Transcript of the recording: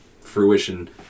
fruition